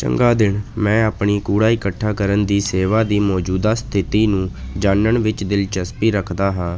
ਚੰਗਾ ਦਿਨ ਮੈਂ ਆਪਣੀ ਕੂੜਾ ਇਕੱਠਾ ਕਰਨ ਦੀ ਸੇਵਾ ਦੀ ਮੌਜੂਦਾ ਸਥਿਤੀ ਨੂੰ ਜਾਣਨ ਵਿੱਚ ਦਿਲਚਸਪੀ ਰੱਖਦਾ ਹਾਂ